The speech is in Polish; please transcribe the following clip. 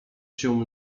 się